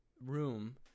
room